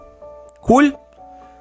Cool